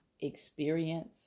experience